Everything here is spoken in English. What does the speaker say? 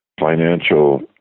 financial